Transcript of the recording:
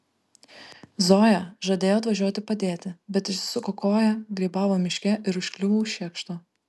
zoja žadėjo atvažiuoti padėti bet išsisuko koją grybavo miške ir užkliuvo už šiekšto